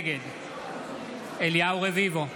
נגד אליהו רביבו,